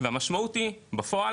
והמשמעות היא, בפועל